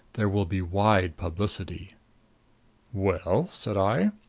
there will be wide publicity well? said i.